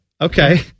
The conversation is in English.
okay